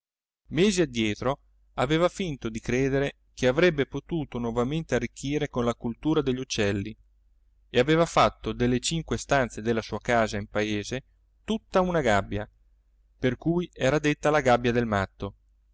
mesi addietro aveva finto di credere che avrebbe potuto novamente arricchire con la cultura degli uccelli e aveva fatto delle cinque stanze della sua casa in paese tutt'una gabbia